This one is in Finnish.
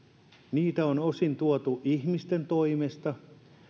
niitä on osin tuotu ihmisten toimesta